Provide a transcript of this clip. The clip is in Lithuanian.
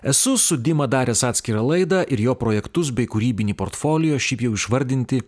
esu su dima daręs atskirą laidą ir jo projektus bei kūrybinį portfolijo šiaip jau išvardinti